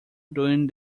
during